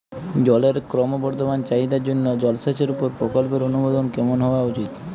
জলের ক্রমবর্ধমান চাহিদার জন্য জলসেচের উপর প্রকল্পের অনুমোদন কেমন হওয়া উচিৎ?